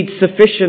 sufficient